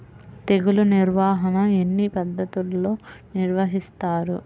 తెగులు నిర్వాహణ ఎన్ని పద్ధతుల్లో నిర్వహిస్తారు?